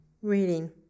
Reading